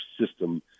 system